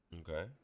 Okay